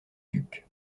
duc